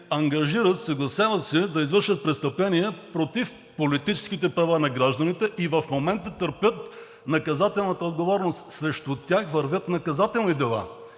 ангажират, съгласяват се да извършват престъпления против политическите права на гражданите – в момента търпят наказателната отговорност и срещу тях вървят наказателни дела.